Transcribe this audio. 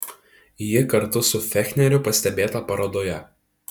ji kartu su fechneriu pastebėta parodoje